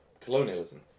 colonialism